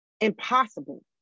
impossible